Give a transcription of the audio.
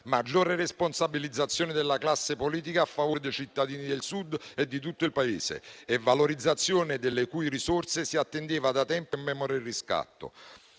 maggiore responsabilizzazione della classe politica a favore dei cittadini del Sud e di tutto il Paese e valorizzazione delle cui risorse si attendeva da tempo e memoria il riscatto.